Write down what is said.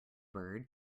bird